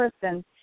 person